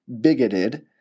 bigoted